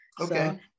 okay